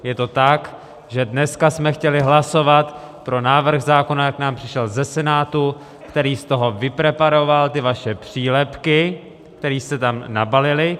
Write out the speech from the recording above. Je to tak, že dneska jsme chtěli hlasovat pro návrh zákona, jak nám přišel ze Senátu, který z toho vypreparoval ty vaše přílepky, které jste tam nabalili.